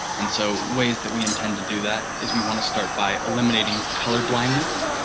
and so ways that we intend to do that is we want to start by eliminating color blindness.